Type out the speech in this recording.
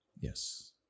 Yes